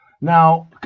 Now